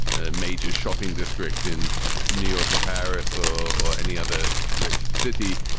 a major shopping district in new york or paris or or any other rich city,